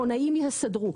שהקמעונאים יסדרו,